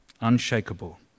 unshakable